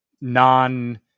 non